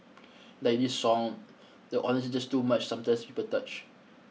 like this song the honesty just too much sometimes people touch